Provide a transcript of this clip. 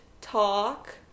talk